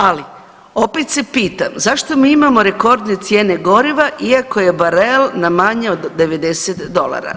Ali, opet se pitam, zašto mi imamo rekordne cijene goriva iako je barel na manje od 90 dolara?